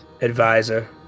advisor